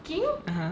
(uh huh)